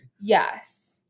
Yes